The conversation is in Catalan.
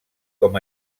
com